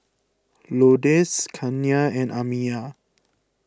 Lourdes Kenna and Amiya